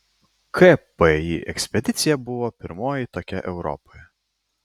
kpi ekspedicija buvo pirmoji tokia europoje